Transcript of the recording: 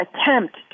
attempt